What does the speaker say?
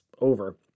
over